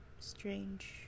strange